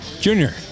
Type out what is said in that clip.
Junior